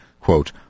Quote